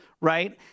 Right